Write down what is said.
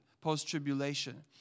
post-tribulation